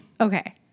okay